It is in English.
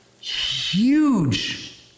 Huge